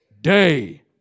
day